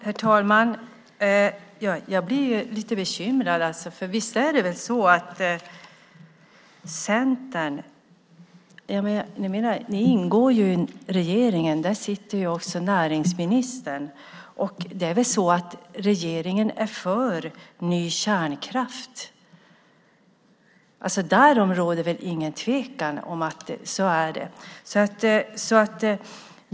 Herr talman! Jag blir lite bekymrad. Ni i Centern ingår ju i regeringen, och i regeringen sitter också näringsministern. Regeringen är väl för ny kärnkraft. Det råder väl ingen tvekan om att det är så.